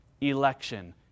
election